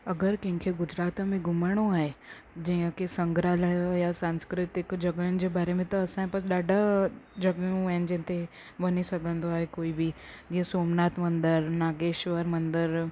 अगरि कंहिंखे गुजरात में घुमिणो आहे जीअं की संग्राहलय हुयो संस्कृतिक जॻहियुनि जे बारे में त असांजे पास ॾाढा जॻहियूं आहिनि जिते वञी सघंदो आहे कोई बि जीअं सोमनाथ मंदरु नागेश्वर मंदरु